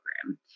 program